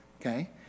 Okay